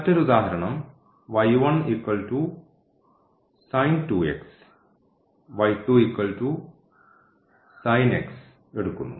മറ്റൊരു ഉദാഹരണം എടുക്കുന്നു